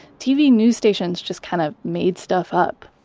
tv news stations just kind of made stuff up,